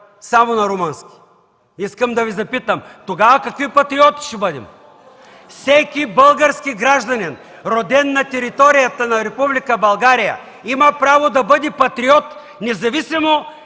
само на румънски? Искам да Ви запитам тогава какви патриоти ще бъдем? Всеки български гражданин, роден на територията на Република България има право да бъде патриот, независимо